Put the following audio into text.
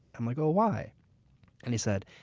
him like ah why and he said,